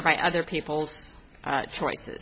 or by other people's choices